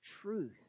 truth